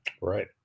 Right